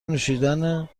نوشیدن